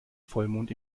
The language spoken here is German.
vollmond